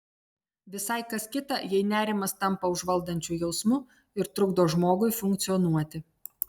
visai kas kita jei nerimas tampa užvaldančiu jausmu ir trukdo žmogui funkcionuoti